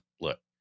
Look